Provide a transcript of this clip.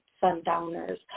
sundowners